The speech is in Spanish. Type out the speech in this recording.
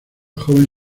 joven